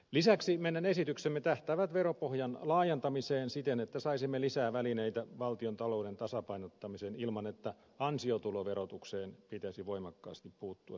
lisäksi meidän esityksemme tähtäävät veropohjan laajentamiseen siten että saisimme lisää välineitä valtiontalouden tasapainottamiseen ilman että ansiotuloverotukseen pitäisi voimakkaasti puuttua sitä kiristämällä